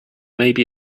maybe